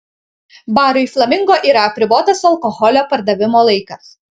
barui flamingo yra apribotas alkoholio pardavimo laikas